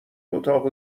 اتاق